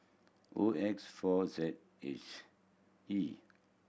O X four Z it's E